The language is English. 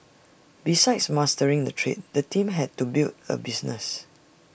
besides mastering the trade the team had to build A business